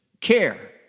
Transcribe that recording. care